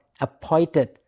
appointed